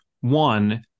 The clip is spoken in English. one